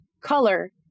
color